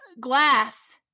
glass